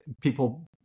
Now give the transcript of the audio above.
People